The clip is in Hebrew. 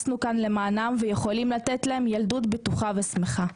אנחנו יכולים לתת להם ילדות בטוחה ושמחה.